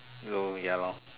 will ya lor